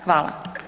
Hvala.